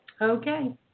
Okay